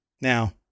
Now